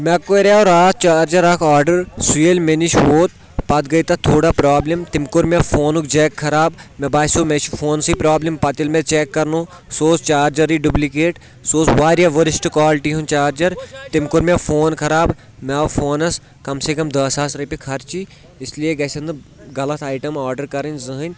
مےٚ کوریو راتھ چارجر اکھ آرڈر سُہ ییٚلہِ مےٚ نِش ووت پتہٕ گٔے تتھ تھوڑا پرابلِم تٔمۍ کوٚر مےٚ فونُک جٮ۪ک خراب مےٚ باسیٚو مےٚ چھُ فونسٕے پرابلِم پتہٕ ییٚلہِ مےٚ چیک کرنو سُہ اوس چارجرے ڈُبلکیٹ سُہ اوس واریاہ ؤرٕسٹ کالٹی ہُنٛد چارجر تٔمۍ کوٚر مےٚ فون خراب مےٚ آو فونس کم سے کم دہ ساس رۄپیہِ خرچی اس لیے گژھن نہٕ غلط آیٹم آرڈر کرٕنۍ زٕہٕنۍ